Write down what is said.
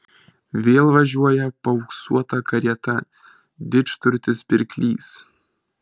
vėl važiuoja paauksuota karieta didžturtis pirklys